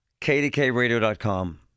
KDKRadio.com